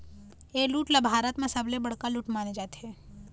ए लूट ल भारत म सबले बड़का लूट माने जाथे